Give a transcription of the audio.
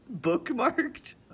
bookmarked